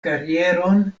karieron